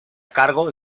cargo